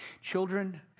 Children